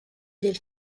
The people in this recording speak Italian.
del